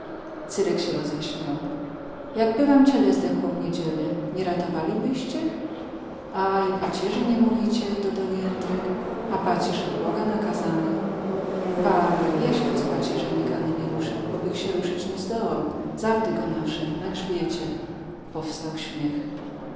cyrek się roześmiał jakby wam cielę zdechło w niedzielę nie ratowalibyście a i pacierzy nie mówicie dodał jędrek a pacierz od boga nakazany ba i ja się bez pacierza nikany nie ruszam bobych sie ruszyć nie zdołał zawdy go noszę na grzbiecie powstał śmiech